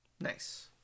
Nice